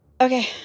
Okay